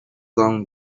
sans